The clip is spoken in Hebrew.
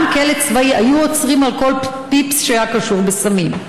גם בכלא צבאי היו עוצרים על כל פיפס שהיה קשור בסמים.